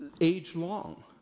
age-long